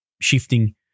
shifting